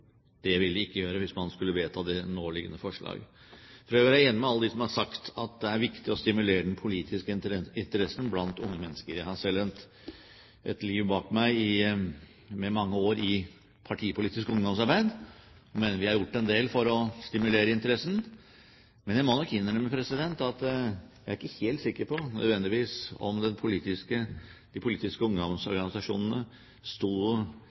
Det vil de ikke gjøre dersom man skulle vedta det nåliggende forslag. For øvrig er jeg enig med alle dem som har sagt at det er viktig å stimulere den politiske interessen blant unge mennesker. Jeg har selv et liv bak meg med mange år i partipolitisk ungdomsarbeid og mener vi har gjort en del for å stimulere interessen. Men jeg må nok innrømme at jeg ikke er helt sikker på om de politiske ungdomsorganisasjonene nødvendigvis står sterkere nå med 18 års stemmerett enn de sto